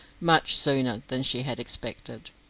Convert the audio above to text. much sooner than she had expected.